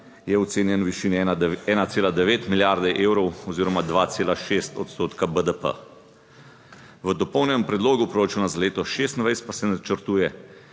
je ocenjen v višini 1,9 milijarde evrov oziroma 2,6 odstotka BDP, v dopolnjenem predlogu proračuna za leto 2026 pa se načrtuje